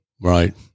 Right